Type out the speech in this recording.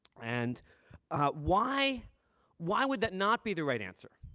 and ah why why would that not be the right answer?